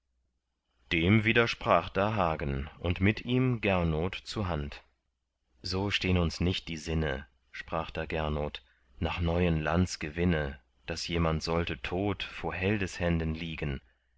dem widersprach da hagen und mit ihm gernot zuhand so stehn uns nicht die sinne sprach da gernot nach neuen lands gewinne daß jemand sollte tot vor heldeshänden liegen